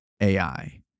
AI